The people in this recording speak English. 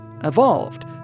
evolved